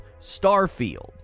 Starfield